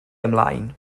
ymlaen